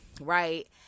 right